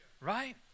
right